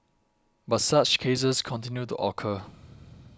but such cases continue to occur